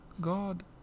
God